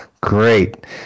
Great